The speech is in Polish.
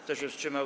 Kto się wstrzymał?